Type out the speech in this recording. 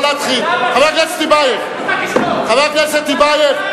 לא להתחיל, אתה תשתוק, חבר הכנסת טיבייב.